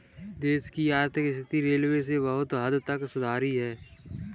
देश की आर्थिक स्थिति रेलवे से बहुत हद तक सुधरती है